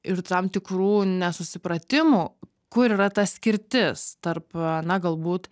ir tam tikrų nesusipratimų kur yra ta skirtis tarp na galbūt